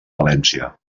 valència